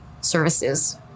services